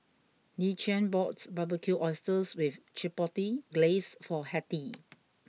Dequan bought Barbecued Oysters with Chipotle Glaze for Hettie